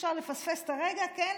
אי-אפשר לפספס את הרגע, כן.